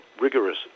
rigorous